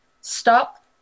stop